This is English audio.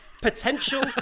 potential